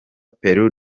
peru